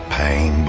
pain